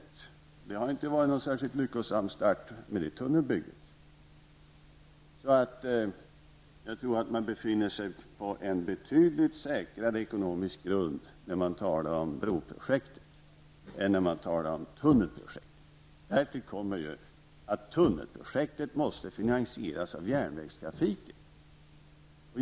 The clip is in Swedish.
Det tunnelbygget har inte fått någon särskilt lyckosam start. Jag tror därför att man befinner sig på betydligt säkrare ekonomisk grund när man talar om broprojektet än när man talar om tunnelprojektet. Därtill kommer att tunnelprojektet måste finansieras av järnvägstrafiken.